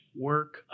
work